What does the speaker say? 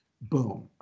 Boom